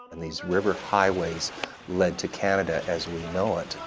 and these river highways led to canada as we know it.